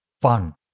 fun